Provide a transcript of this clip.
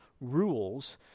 rules